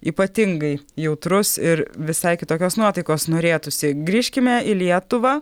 ypatingai jautrus ir visai kitokios nuotaikos norėtųsi grįžkime į lietuvą